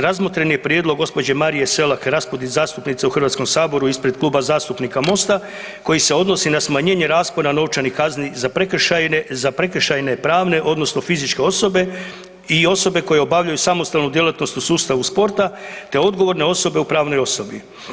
Razmotren je prijedlog gospođe Marije Selak Raspudić zastupnice u Hrvatskom saboru ispred Kluba zastupnika Mosta koji se odnosi na smanjenje raspona novčanih kazni za prekršajne pravne odnosno fizičke osobe i osobe koje obavljaju samostalnu djelatnost u sustavu sporta te odgovorne osobe u pravnoj osobi.